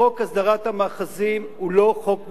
חוק הסדרת המאחזים הוא לא חוק מגרון,